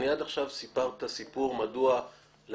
עד עכשיו סיפרת סיפור מדוע להבנתך